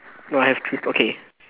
no I have three st~ okay